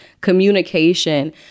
communication